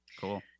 cool